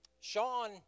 Sean